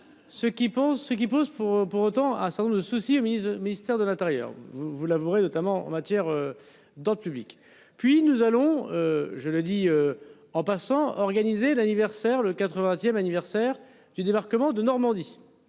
ce qui pose pour pour autant à ça le souci mise au ministère de l'Intérieur, vous vous l'avouerez, notamment en matière. Dans le public. Puis nous allons, je le dis. En passant organisé l'anniversaire, le 80ème anniversaire du débarquement de Normandie